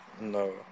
No